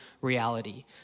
reality